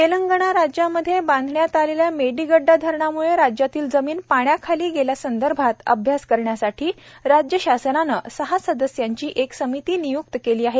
तेलंगणा राज्यामधे बांधण्यात आलेल्या मेडीगड्डा धरणाम्ळे राज्यातली जमीन पाण्याखाली गेल्यासंदर्भात अभ्यास करण्यासाठी राज्यशासनानं सहा सदस्यांची एक समिती नियुक्त केली आहे